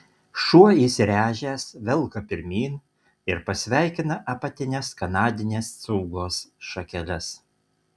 šuo įsiręžęs velka pirmyn ir pasveikina apatines kanadinės cūgos šakeles